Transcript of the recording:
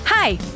Hi